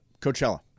Coachella